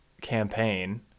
campaign